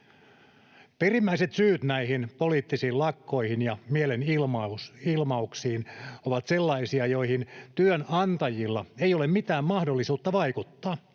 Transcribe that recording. Perimmäiset syyt näihin poliittisiin lakkoihin ja mielenilmauksiin ovat sellaisia, joihin työnantajilla ei ole mitään mahdollisuutta vaikuttaa.